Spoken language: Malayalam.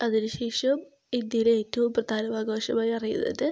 അതിനുശേഷം ഇന്ത്യയിലെ ഏറ്റവും പ്രധാന ആഘോഷമായി അറിയുന്നത്